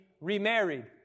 remarried